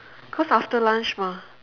cause after lunch mah